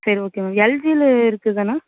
சரி okay ma'am எல்ஜியில இருக்குதானே